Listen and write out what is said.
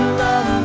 love